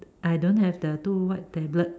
I don't have the two white tablet